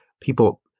people